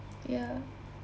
ya